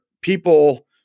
people